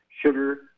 sugar